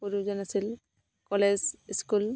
college school